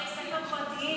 בתי ספר פרטיים,